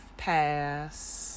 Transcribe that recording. Pass